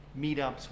meetups